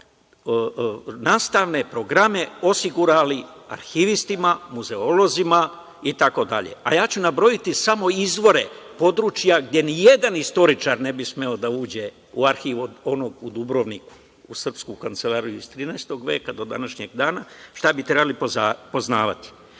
nastavne programe osigurali arhivistima, muzeolozima, itd. Nabrojaću samo izvore područja gde nijedan istoričar ne bi smeo da uđe u arhiv, onog u Dubrovniku, u srpsku kancelariju iz 13. veka do današnjeg dana, šta bi trebalo poznavati: